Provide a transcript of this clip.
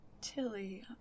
Tilly